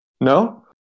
no